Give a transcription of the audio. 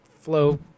flow